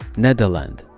nederland.